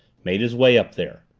made his way up there.